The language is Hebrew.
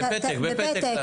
בפתק, בפתק.